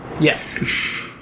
Yes